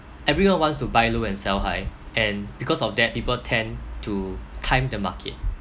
everyone wants to buy low and sell high and because of that people tend to time the market